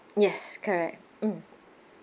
yes correct mmhmm